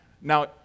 Now